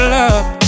love